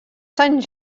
sant